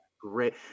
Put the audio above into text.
great